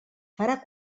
farà